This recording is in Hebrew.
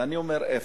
ואני אומר איפה.